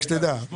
רק שתדע.